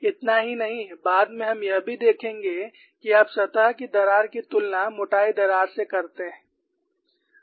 इतना ही नहीं बाद में हम यह भी देखेंगे कि आप सतह की दरार की तुलना मोटाई दरार से करते हैं